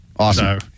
Awesome